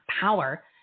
power